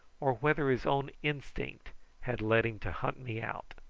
or whether his own instinct had led him to hunt me out.